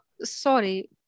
sorry